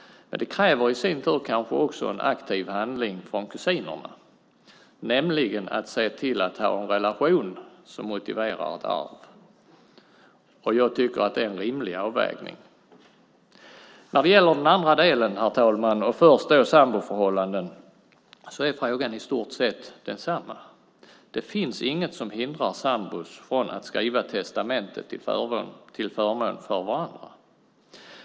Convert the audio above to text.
Det kräver i sin tur kanske också en aktiv handling från kusinerna, nämligen att se till att ha en relation som motiverar ett arv. Jag tycker att det är en rimlig avvägning. När det gäller den andra delen, och först då samboförhållanden, är frågan i stort sett densamma. Det finns inget som hindrar sambor att skriva testamente till förmån för varandra.